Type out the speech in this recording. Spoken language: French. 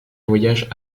voyage